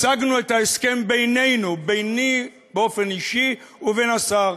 השגנו את ההסכם בינינו, ביני באופן אישי ובין השר.